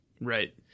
Right